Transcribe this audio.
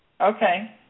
Okay